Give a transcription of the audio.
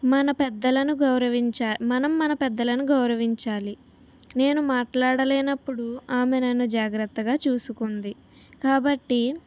మన పెద్దలను గౌరవించా మనం మన పెద్దలను గౌరవించాలి నేను మాట్లాడలేనప్పుడు ఆమె నన్ను జాగ్రత్తగా చూసుకుంది కాబట్టి